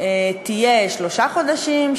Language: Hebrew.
תהיה שלושה חודשים,